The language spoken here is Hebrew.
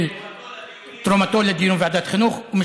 על תרומתו לדיון ועדת החינוך.